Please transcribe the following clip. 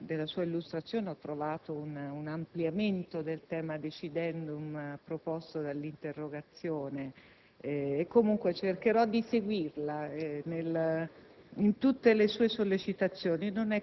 nel contenuto della sua illustrazione ho trovato un ampliamento del tema *decidendum* proposto dall'interpellanza e che comunque cercherò di seguirla